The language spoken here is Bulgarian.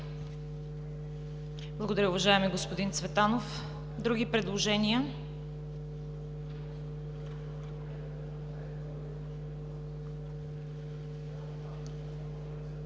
Благодаря, уважаеми господин Цветанов. Други предложения?